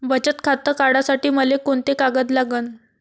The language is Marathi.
बचत खातं काढासाठी मले कोंते कागद लागन?